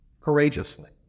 courageously